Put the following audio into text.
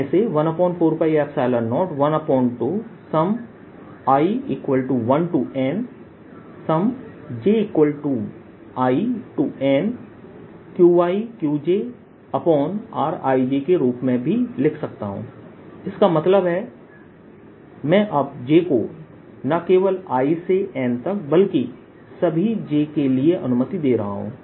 मैं इसे 14π012i1 NjiNQiQjrij के रूप में भी लिख सकता हूं इसका मतलब है मैं अब j को न केवल i से N तक बल्कि सभी j के लिए अनुमति दे रहा हूं